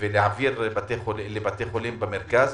ולהעביר לבתי חולים במרכז.